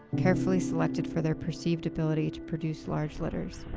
carefully selected for their perceived ability to produce large litters.